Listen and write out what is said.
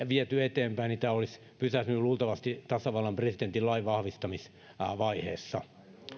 viety eteenpäin tämä olisi pysähtynyt luultavasti tasavallan presidentin lainvahvistamisvaiheessa